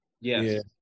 Yes